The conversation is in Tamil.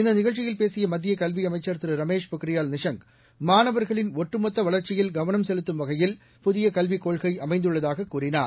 இந்த நிகழ்ச்சியில் பேசிய மத்திய கல்வி அமைச்சர் திரு ரமேஷ் பொக்ரியால் நிஷாங் மாணவர்களின் ஒட்டுமொத்த வளர்க்சியில் கவனம் செலுத்தும் வகையில் புதிய கல்விக் கொள்கை அமைந்துள்ளதாக கூறினார்